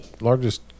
largest